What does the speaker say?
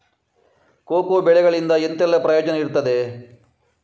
Cocoa ಬೆಳೆಗಳಿಂದ ಎಂತೆಲ್ಲ ಪ್ರಯೋಜನ ಇರ್ತದೆ?